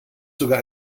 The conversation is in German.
sogar